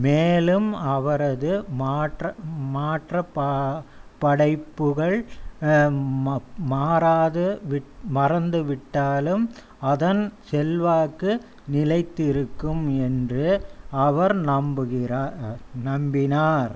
மேலும் அவரது மாற்ற மாற்ற பா படைப்புகள் மாறாது மறந்து விட்டாலும் அதன் செல்வாக்கு நிலைத்திருக்கும் என்று அவர் நம்புகிறார் நம்பினார்